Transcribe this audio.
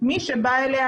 מי שבא אליה,